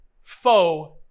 foe